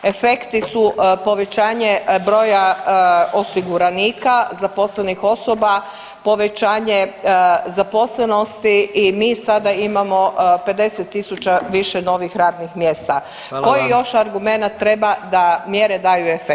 Efekti su povećanje broja osiguranika, zaposlenih osoba, povećanje zaposlenosti i mi sada imamo 50 tisuća više novih radnih mjesta [[Upadica: Hvala vam.]] Koji još argumenat treba da mjere daju efekte?